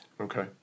Okay